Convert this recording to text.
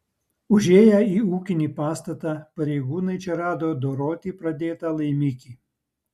užėję į ūkinį pastatą pareigūnai čia rado doroti pradėtą laimikį